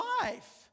life